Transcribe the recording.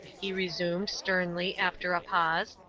he resumed, sternly, after a pause,